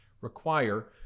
require